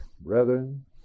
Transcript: Brethren